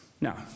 Now